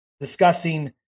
discussing